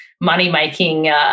money-making